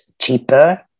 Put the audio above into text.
cheaper